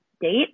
date